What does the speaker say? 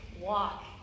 walk